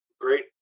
Great